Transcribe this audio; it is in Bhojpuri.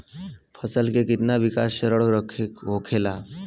फसल के कितना विकास चरण होखेला?